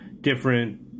different